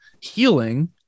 healing